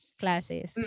classes